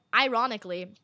ironically